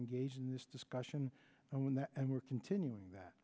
engaged in this discussion and one that and we're continuing that